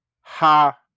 ha